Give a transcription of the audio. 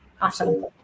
awesome